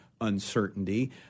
uncertainty